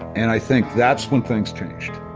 and i think that's when things changed.